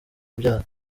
kubyara